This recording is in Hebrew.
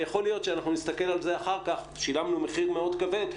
יכול להיות שאנחנו נסתכל על זה אחר-כך שילמנו מחיר מאוד כבד,